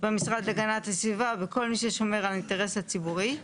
במשרד להגנת הסביבה ובכל מי ששומר על האינטרס הציבורי.